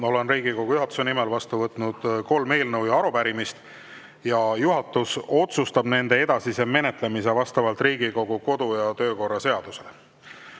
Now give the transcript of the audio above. Olen Riigikogu juhatuse nimel vastu võtnud kolm eelnõu ja [kolm] arupärimist ja juhatus otsustab nende edasise menetlemise vastavalt Riigikogu kodu- ja töökorra seadusele.